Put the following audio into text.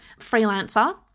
freelancer